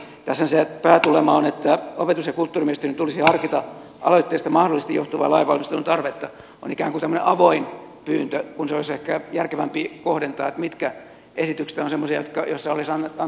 tässähän se päätulema on että opetus ja kulttuuriministerin tulisi harkita aloitteesta mahdollisesti johtuvaa lainvalmistelun tarvetta on ikään kuin tämmöinen avoin pyyntö kun se olisi ehkä järkevämpi kohdentaa mitkä esityksistä ovat semmoisia jotka olisivat antaneet sitten konkreettisempia aineksia